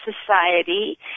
society